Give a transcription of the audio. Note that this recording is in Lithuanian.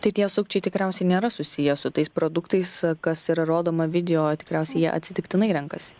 tai tie sukčiai tikriausiai nėra susiję su tais produktais kas yra rodoma video tikriausiai jie atsitiktinai renkasi